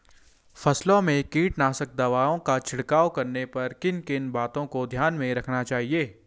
फसलों में कीटनाशक दवाओं का छिड़काव करने पर किन किन बातों को ध्यान में रखना चाहिए?